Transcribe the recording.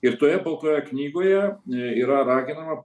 ir toje baltoje knygoje yra raginama